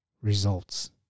results